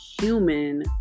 human